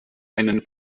einen